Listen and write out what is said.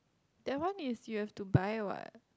that one is you have to buy what